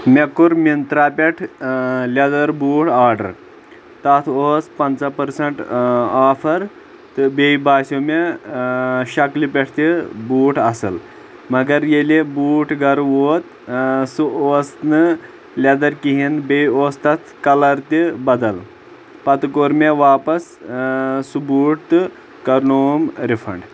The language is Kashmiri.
مےٚ کوٚر منترا پٮ۪ٹھ اۭں لیٚدر بوٹھ آڈر تتھ اوس پنژاہ پرسنٹ آفر تہٕ بییٚہِ باسیو مےٚ اۭں شکلہِ پٮ۪ٹھ تہِ بوٹھ اصٕل مگر ییٚلہِ بوٹھ گرٕ ووت اۭں سُہ اوس نہٕ لیٚدر کہینۍ بییٚہِ اوس تتھ کلر تہِ بدل پتہٕ کوٚر مےٚ واپس اۭں سُہ بوٹھ تہٕ کرنووُم رِفنڈ